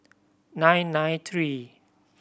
nine nine three